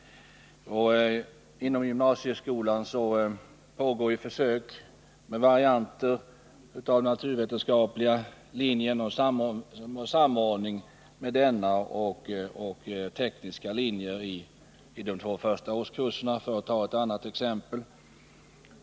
Inom gymnasieskolan pågår försök med varianter av den naturvetenskapliga linjen och samordning mellan denna linje och tekniska linjer i de två första årskurserna — för att ta ett annat exempel.